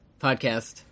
podcast